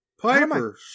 piper